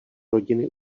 rodiny